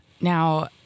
Now